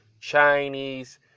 Chinese